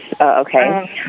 okay